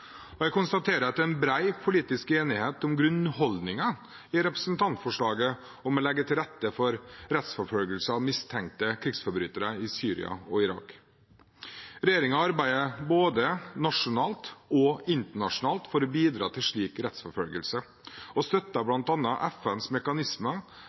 Irak. Jeg konstaterer at det er bred politisk enighet om grunnholdningen i representantforslaget om å legge til rette for rettsforfølgelse av mistenkte krigsforbrytere i Syria og Irak. Regjeringen arbeider både nasjonalt og internasjonalt for å bidra til slik rettsforfølgelse og